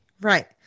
Right